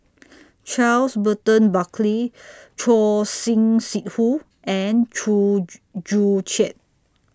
Charles Burton Buckley Choor Singh Sidhu and Chew Joo Chiat